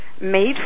made